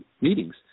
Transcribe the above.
meetings